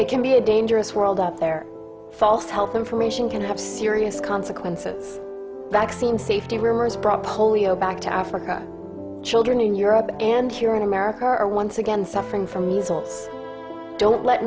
it can be a dangerous world out there false health information can have serious consequences vaccine safety reverse prop polio back to africa children in europe and here in america are once again suffering from these rules don't let